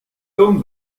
homme